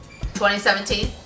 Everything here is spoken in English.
2017